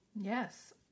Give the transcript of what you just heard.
Yes